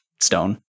stone